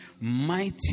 mighty